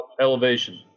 elevation